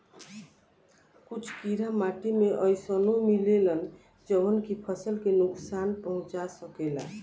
कुछ कीड़ा माटी में अइसनो मिलेलन जवन की फसल के नुकसान पहुँचा सकेले